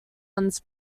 ones